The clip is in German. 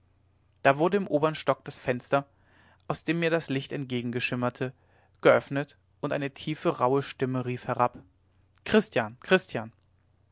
da wurde im obern stock das fenster aus dem mir das licht entgegenschimmerte geöffnet und eine tiefe rauhe stimme rief herab christian christian